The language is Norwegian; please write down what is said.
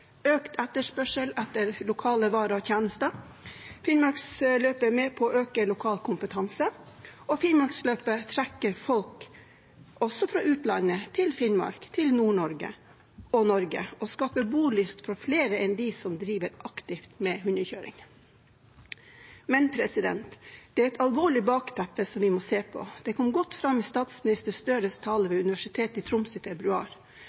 økt etterspørsel etter lokale varer og tjenester. Finnmarksløpet er med på å øke lokal kompetanse, og løpet trekker folk også fra utlandet til Finnmark, til Nord-Norge og til Norge og skaper bolyst for flere enn dem som driver aktivt med hundekjøring. Men det er et alvorlig bakteppe som vi må se på. Det kom godt fram i statsminister Støres tale ved Universitetet i Tromsø i februar.